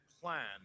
plan